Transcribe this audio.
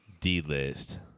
D-list-